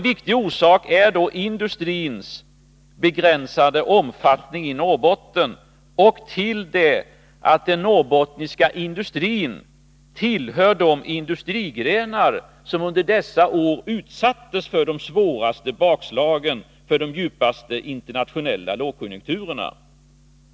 Viktiga orsaker härtill är den begränsade omfattning som industrin i Norrbotten har och att den norrbottniska industrin tillhör de industrigrenar som under dessa år utsattes för de svåraste bakslagen och drabbades mest av de djupa internationella lågkonjunkturerna.